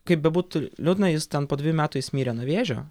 kaip bebūtų liūdna jis ten po dviejų metų jis mirė nuo vėžio